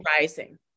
rising